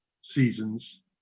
seasons